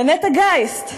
לנטע גייסט,